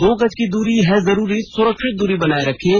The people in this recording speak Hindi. दो गज की दूरी है जरूरी सुरक्षित दूरी बनाए रखें